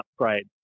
upgrade